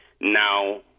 Now